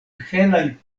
helaj